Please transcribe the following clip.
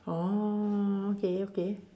oh okay okay